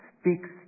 speaks